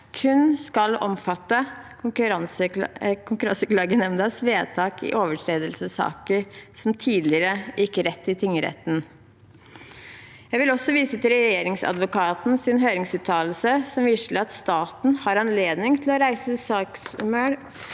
kun skal omfatte Konkurranseklagenemndas vedtak i overtredelsessaker som tidligere gikk rett til tingretten. Jeg vil også vise til Regjeringsadvokatens høringsuttalelse som viser til at staten har anledning til å reise søksmål